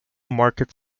market